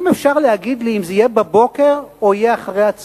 אם אפשר להגיד לי אם זה יהיה בבוקר או יהיה אחר-הצהריים.